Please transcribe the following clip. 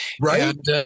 Right